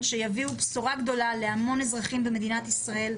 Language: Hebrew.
שיביאו בשורה גדולה להמון אזרחים במדינת ישראל.